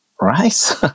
right